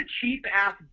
cheap-ass